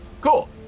Cool